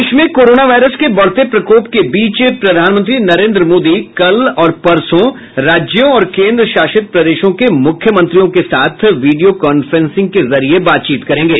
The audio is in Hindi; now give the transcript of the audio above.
देश में कोरोना वायरस के बढते प्रकोप के बीच प्रधानमंत्री नरेन्द्र मोदी कल और परसों राज्यों और केंद्रशासित प्रदेशों के मुख्यमंत्रियों से वीडियो कांफ्रेंसिंग के जरिये बातचीत करेंगे